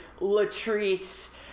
Latrice